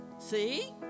See